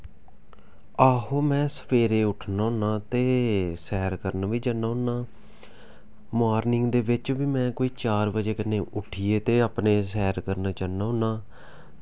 आहो में सवेरे उट्ठना होन्ना ते सैर करन वी जन्ना होन्ना मार्निंग दे बिच बी में कोई चार बजे कन्नै उट्ठिये ते अपने सैर करने जन्ना होन्ना